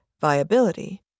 viability